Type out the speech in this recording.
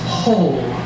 whole